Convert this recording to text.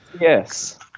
Yes